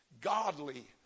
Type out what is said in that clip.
godly